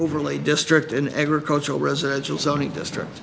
overlay district in agricultural residential zoning district